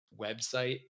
website